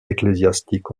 ecclésiastiques